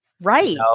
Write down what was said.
right